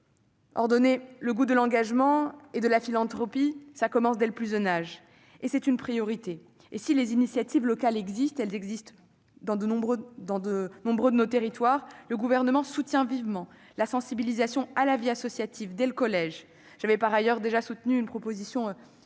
Or donner le goût de l'engagement et de la philanthropie commence dès le plus jeune âge et constitue une priorité. Si des initiatives locales existent déjà dans de nombreux territoires, le Gouvernement soutient vivement la sensibilisation à la vie associative dès le collège. J'avais, par ailleurs, déjà soutenu cette proposition